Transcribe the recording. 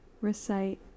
recite